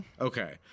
Okay